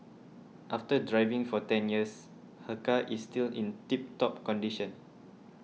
after driving for ten years her car is still in tip top condition